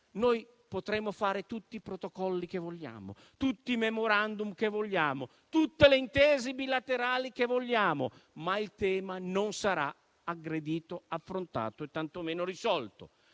potremo fare tutti i protocolli che vogliamo, tutti i *memorandum* che vogliamo, tutte le intese bilaterali che vogliamo, ma il tema non sarà aggredito, affrontato e tantomeno risolto.